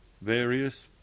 various